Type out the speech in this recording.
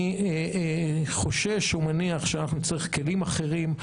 אני חושש ומניח שאנחנו נצטרך כלים אחרים,